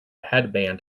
headband